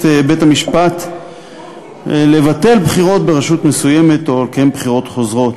בית-המשפט לבטל בחירות ברשות מסוימת או לקיים בחירות חוזרות.